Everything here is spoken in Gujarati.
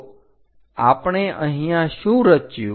તો આપણે અહીંયા શું રચ્યું